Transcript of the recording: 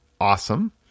Awesome